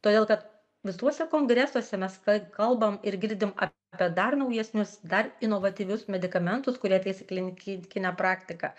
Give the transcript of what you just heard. todėl kad visuose kongresuose mes ka kalbam ir girdim apie dar naujesnius dar inovatyvius medikamentus kurie ateis į klinikit kinę praktiką